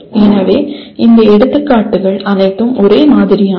எனவே இந்த எடுத்துக்காட்டுகள் அனைத்தும் ஒரே மாதிரியானவை